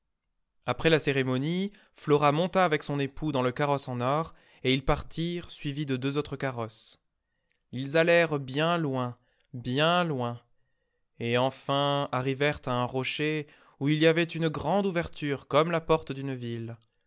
après la cérémonie flora monta avec son époux dans le carrosse en or et ils partirent suivis de deux autres carrosses ils allèrent bien loin bien loin et enfin arrivèrent à un rocher où il y avait une grande ouverture comme la porte d'une ville